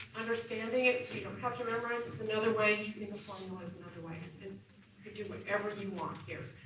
understanding it so you don't have to memorize is another way, using a formula is another way, and you can do whatever you want here.